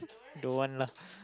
don't want lah